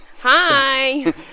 Hi